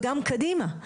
וגם קדימה,